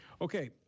Okay